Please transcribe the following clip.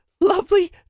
lovely